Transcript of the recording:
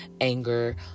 anger